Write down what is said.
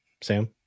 Sam